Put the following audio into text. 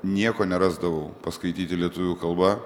nieko nerasdavau paskaityti lietuvių kalba